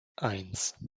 eins